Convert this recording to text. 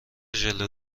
ژله